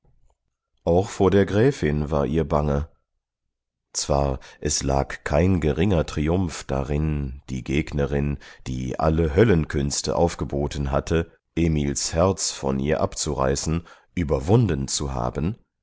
auch vor der gräfin war ihr bange zwar es lag kein geringer triumph darin die gegnerin die alle höllenkünste aufgeboten hatte emils herz von ihr abzureißen überwunden zu haben